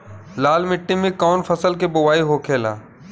लाल मिट्टी में कौन फसल के बोवाई होखेला?